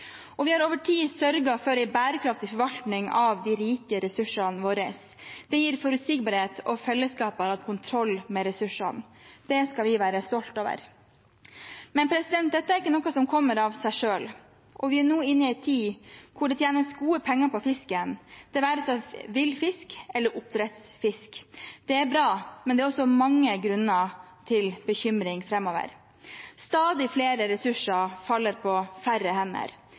kysten. Vi har over tid sørget for en bærekraftig forvaltning av de rike ressursene våre. Det gir forutsigbarhet, og fellesskapet har hatt kontroll med ressursene. Det skal vi være stolt over. Men dette er ikke noe som kommer av seg selv. Vi er nå inne i en tid hvor det tjenes gode penger på fisken, det være seg villfisk eller oppdrettsfisk. Det er bra, men det er også mange grunner til bekymring framover. Stadig flere ressurser faller på færre hender.